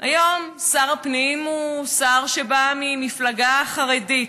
היום שר הפנים הוא שר שבא ממפלגה חרדית,